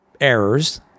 errors